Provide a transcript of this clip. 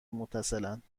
متصلاند